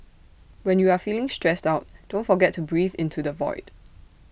when you are feeling stressed out don't forget to breathe into the void